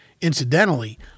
Incidentally